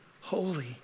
holy